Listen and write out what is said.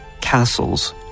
castles